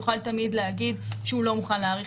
הוא יוכל תמיד להגיד שהוא לא מוכן להאריך